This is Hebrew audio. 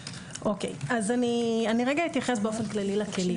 אני אתייחס באופן כללי לכלים.